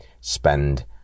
spend